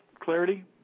Clarity